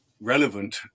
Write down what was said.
relevant